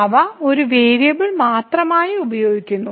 അവ ഒരു വേരിയബിൾ മാത്രമായി ഉപയോഗിക്കുന്നു